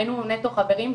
היינו נטו עם החברים,